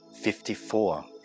fifty-four